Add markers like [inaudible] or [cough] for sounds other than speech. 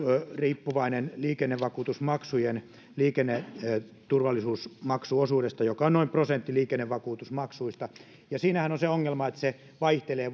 riippuvainen liikennevakuutusmaksujen liikenneturvallisuusmaksuosuudesta joka on noin prosentti liikennevakuutusmaksuista siinähän on se ongelma että tulokertymä vaihtelee [unintelligible]